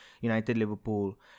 United-Liverpool